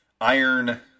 iron –